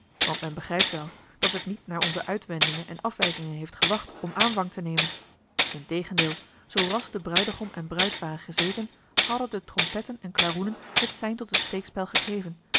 want men begrijpt wel dat het niet naar onze uitweidingen en afwijkingen heeft gewacht om aanvang te nemen integendeel zoo ras de bruidegom en bruid waren gezeten hadden de trompetten en klaroenen het sein tot het steekspel gegeven